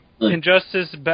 Injustice